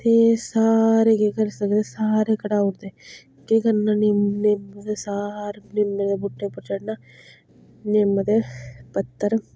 ते सारे केह् करी सकदे सारे कडाउदे केह् करना सारे निम्म दे बूह्टे उप्पर चढ़ना निम्म दे पत्तर